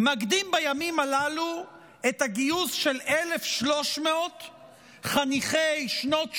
מקדים בימים הללו את הגיוס של 1,300 חניכי שנות שירות,